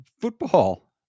Football